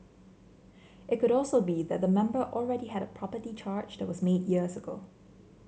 it could also be that the member already had property charge that was made years ago